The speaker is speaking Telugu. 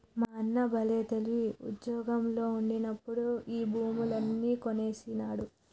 మా అన్న బల్లే తెలివి, ఉజ్జోగంలో ఉండినప్పుడే ఈ భూములన్నీ కొనేసినాడు